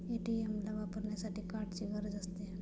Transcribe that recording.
ATM ला वापरण्यासाठी कार्डची गरज असते